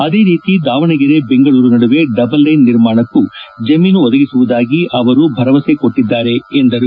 ಅದೇ ರೀತಿ ದಾವಣಗೆರೆ ಬೆಂಗಳೂರು ನಡುವೆ ಡಬಲ್ ಲೈನ್ ನಿರ್ಮಾಣಕ್ಕೂ ಜಮೀನು ಒದಗಿಸುವುದಾಗಿ ಅವರು ಭರವಸೆ ನೀಡಿದ್ದಾರೆ ಎಂದರು